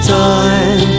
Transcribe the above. time